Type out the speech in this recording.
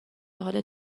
حال